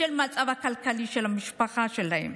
בשל המצב הכלכלי של המשפחה שלהם,